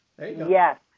Yes